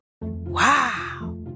Wow